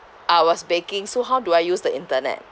I was baking so how do I use the internet